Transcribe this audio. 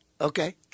Okay